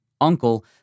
uncle